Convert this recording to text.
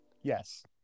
Yes